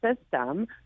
system